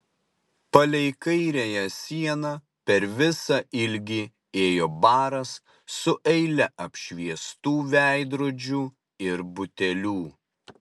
palei kairiąją sieną per visą ilgį ėjo baras su eile apšviestų veidrodžių ir butelių